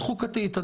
הוכחתי את הכשלים,